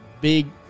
Big